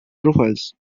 profiles